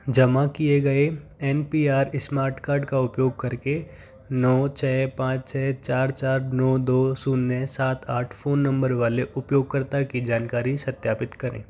जमा किए गए N P R smart card का उपयोग करके नौ छह पाँच छह चार चार नौ दो शून्य सात आठ फोन नंबर वाले उपयोगकर्ता की जानकारी सत्यापित करें